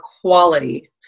quality